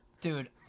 Dude